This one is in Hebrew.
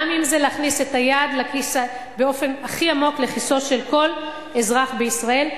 גם אם זה להכניס את היד באופן הכי עמוק לכיסו של כל אזרח בישראל,